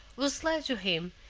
was led to him,